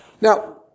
Now